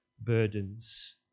burdens